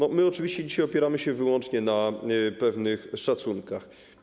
Oczywiście dzisiaj opieramy się wyłącznie na pewnych szacunkach.